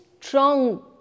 strong